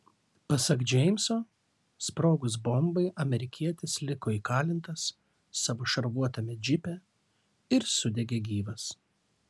pasak džeimso sprogus bombai amerikietis liko įkalintas savo šarvuotame džipe ir sudegė gyvas